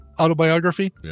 autobiography